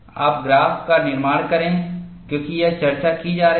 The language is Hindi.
आप ग्राफ़ का निर्माण करें क्योंकि यह चर्चा की जा रही है